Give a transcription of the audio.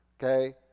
Okay